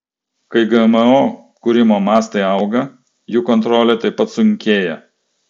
kai gmo kūrimo mastai auga jų kontrolė taip pat sunkėja